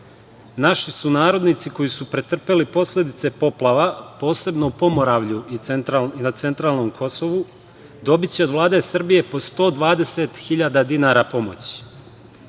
Naši sunarodnici koji su pretrpeli posledice poplava, posebno u Pomoravlju i na centralnom Kosovu će dobiti od Vlade Srbije po 120.000 dinara pomoći. Da